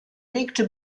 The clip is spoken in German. legte